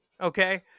Okay